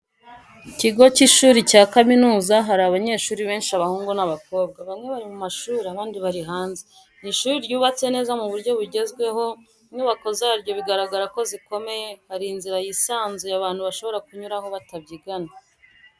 Ikigo cy'ishuri cya kaminuza, hari abanyeshuri benshi abahungu n'abakobwa, bamwe bari mu mashuri abandi bari hanze, ni ishuri ryubatse neza mu buryo bugezweho, inyubako zaryo bigaragara ko zikomeye, hari inzira yisanzuye abantu bashobora kunyuramo batabyigana.